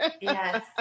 Yes